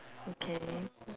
okay